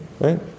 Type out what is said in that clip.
right